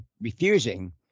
refusing